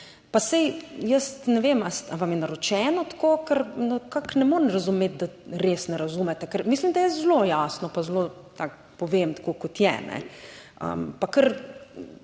pa saj jaz ne vem, ali vam je naročeno, tako, ker nekako ne morem razumeti, da res ne razumete, ker mislim, da je zelo jasno, pa zelo tako povem, tako kot je, pa kar